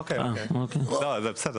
משרד האוצר